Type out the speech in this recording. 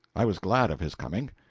i was glad of his coming,